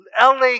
LA